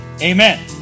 Amen